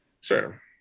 sure